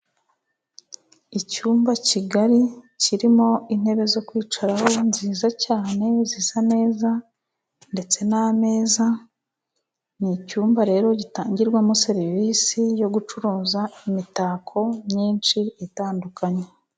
Icyumba kigari kirimo intebe zo kwicaraho nziza cyane zisa neza, ndetse n'ameza. Ni icyumba rero gitangirwamo serivisi yo gucuruza imitako myinshi itandukanye.